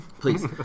Please